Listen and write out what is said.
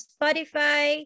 Spotify